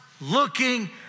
looking